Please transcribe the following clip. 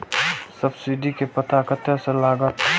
Subsidy के पता कतय से लागत?